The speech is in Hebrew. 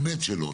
באמת שלא.